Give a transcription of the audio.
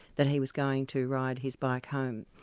that he was going to ride his bike home.